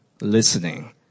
listening